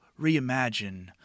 reimagine